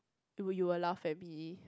will you will laugh at me